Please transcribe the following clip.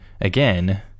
again